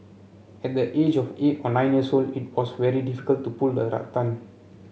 at the age of eight or nine years old it was very difficult to pull the rattan